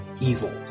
evil